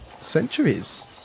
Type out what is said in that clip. centuries